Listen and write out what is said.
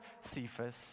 Cephas